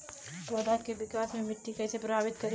पौधा के विकास मे मिट्टी कइसे प्रभावित करेला?